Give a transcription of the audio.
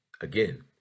again